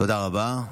תודה רבה.